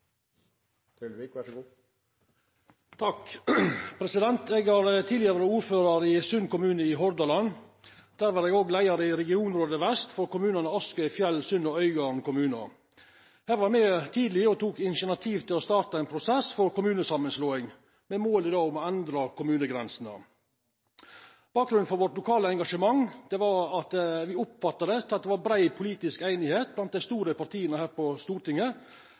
Eg har tidlegare vore ordførar i Sund kommune i Hordaland. Der var eg òg leiar i Regionrådet Vest for kommunane Askøy, Fjell, Sund og Øygarden. Her var eg tidleg med og tok initiativ til å starta ein prosess for kommunesamanslåing, med mål om å endra kommunegrensene. Bakgrunnen for vårt lokale engasjement var at me oppfatta at det var brei politisk einigheit blant dei store partia her på Stortinget